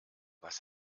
was